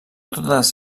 totes